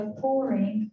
pouring